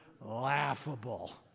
laughable